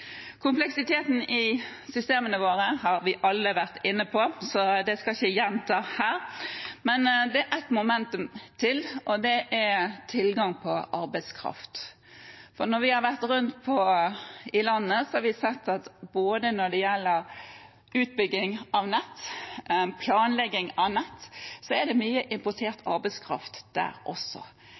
Kompleksiteten i systemene våre har vi alle vært inne på, så det skal jeg ikke gjenta her. Men det er et moment til, og det er tilgang på arbeidskraft. Når vi har vært rundt om i landet, har vi sett at når det gjelder både utbygging av nett og planlegging av nett, er det mye importert arbeidskraft der også.